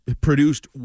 produced